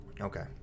Okay